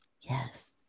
Yes